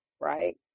right